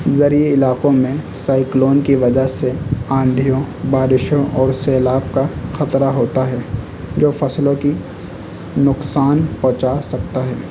زرعی علاقوں میں سائیکلون کی وجہ سے آندھیوں بارشوں اور سیلاب کا خطرہ ہوتا ہے جو فصلوں کی نقصان پہنچا سکتا ہے